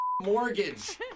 mortgage